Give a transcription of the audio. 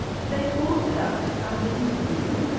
they appointed us to come and interview you,